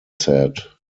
said